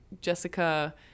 Jessica